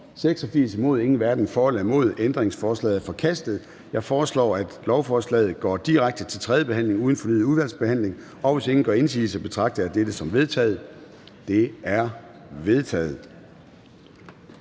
DF og NB), hverken for eller imod stemte 0. Ændringsforslaget er forkastet. Jeg foreslår, at lovforslaget går direkte til tredje behandling uden fornyet udvalgsbehandling. Hvis ingen gør indsigelse, betragter jeg dette som vedtaget. Det er vedtaget.